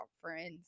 friends